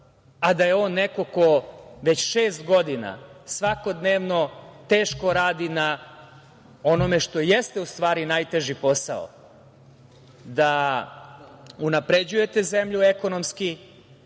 a da je on neko ko već šest godina svakodnevno teško radi na onome što jeste u stvari najteži posao da unapređujete zemlju ekonomski,